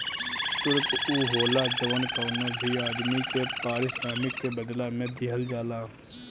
शुल्क उ होला जवन कवनो भी आदमी के पारिश्रमिक के बदला में दिहल जाला